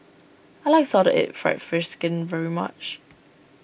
I like Salted Egg Fried Fish Skin very much